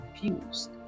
confused